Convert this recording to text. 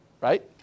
Right